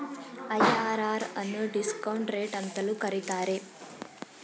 IRR ಅನ್ನು discount rate ಅಂತಲೂ ಕರೀತಾರೆ